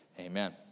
Amen